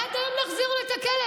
ועד היום לא החזירו לו את הכלב,